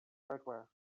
hardware